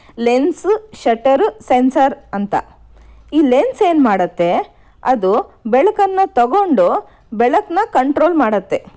lens shutter sensor ಅಂತ ಈ lens ಏನ್ಮಾಡತ್ತೆ ಅದು ಬೆಳಕನ್ನು ತಗೊಂಡು ಬೆಳಕನ್ನು ಕಂಟ್ರೋಲ್ ಮಾಡತ್ತೆ